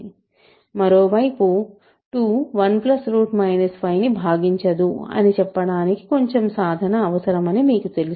మరోవైపు 2 1 5 ను భాగించదు అని చెప్పటానికి కొంచెం సాధన అవసరం అని మీకు తెలుసు